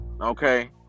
okay